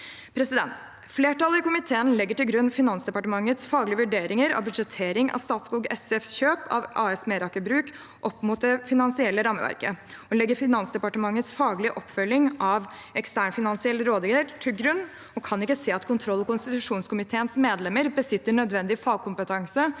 Flertallet i komiteen legger til grunn Finansdepartementets faglige vurderinger av budsjetteringen av Statskog SFs kjøp av AS Meraker Brug opp mot det finansielle rammeverket, og legger Finansdepartementets faglige oppfølging av ekstern finansiell rådgiver til grunn. Flertallet kan ikke se at kontroll- og konstitusjonskomiteens medlemmer besitter nødvendig fagkompetanse